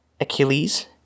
Achilles